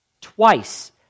twice